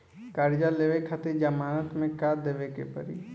कर्जा लेवे खातिर जमानत मे का देवे के पड़ी?